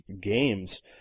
games